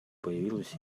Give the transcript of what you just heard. появилась